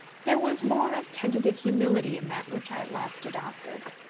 there was more of tentative humility in that which i at last adopted.